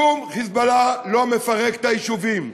שום "חיזבאללה" לא מפרק את היישובים,